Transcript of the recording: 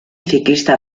ciclista